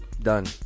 Done